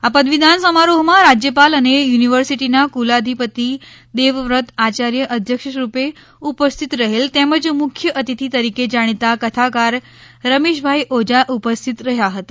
આ પદવીદાન સમારોહમાં રાજયપાલ અને યુનિવર્સિટીના કુલાઘિપતિ દેવવ્રત આયાર્ય અધ્યક્ષરૂપે ઉપસ્થિત રહેલ તેમજ મુખ્ય અતિથિ તરીકે જાણીતા કથાકાર રમેશભાઇ ઓઝા ઉપસ્થિત રહ્યા હતા